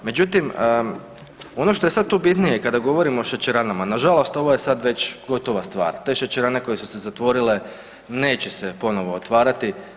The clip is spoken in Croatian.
Međutim, ono što je sad tu bitnije kada govorimo o šećeranama, nažalost ovo je sad već gotova stvar, te šećerane koje su se zatvorile neće se ponovo otvarati.